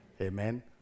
Amen